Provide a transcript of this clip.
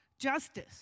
justice